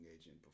agent